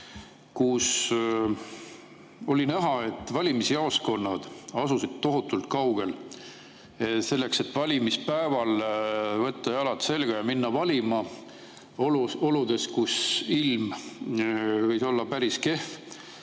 kus oli näha, et valimisjaoskonnad asusid tohutult kaugel selleks, et valimispäeval võtta jalad selga ja minna valima oludes, kus ilm võis olla päris kehv.